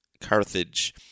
Carthage